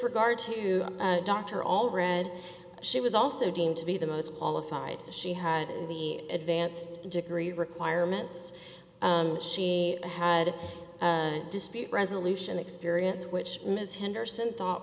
regard to dr all read she was also deemed to be the most qualified she had an advanced degree requirements she had a dispute resolution experience which ms henderson thought